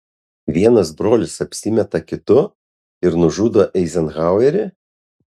vienas brolis apsimeta kitu ir nužudo eizenhauerį